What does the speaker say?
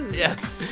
yes.